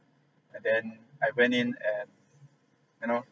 and then I went in and you know